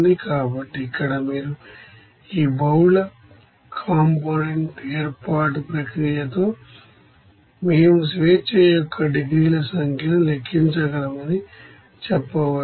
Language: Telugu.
కాబట్టి ఇక్కడ కూడా మీరు ఈ బహుళ కాంపోనెంట్ వేర్పాటు ప్రక్రియతో మేము డిగ్రీస్ అఫ్ ఫ్రీడమ్ సంఖ్యను లెక్కించగలమని చెప్పవచ్చు